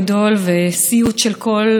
באמת, ראש השנה,